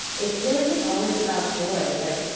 it really was always about joy. like,